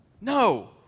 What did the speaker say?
No